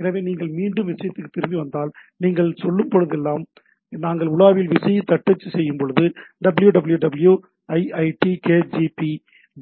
எனவே நீங்கள் மீண்டும் விஷயத்திற்கு திரும்பி வந்தால் நீங்கள் சொல்லும் போதெல்லாம் நாங்கள் உலாவியில் விசையை தட்டச்சு செய்யும் போது "www iit kgp